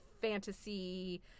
fantasy